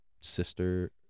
sister